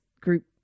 Group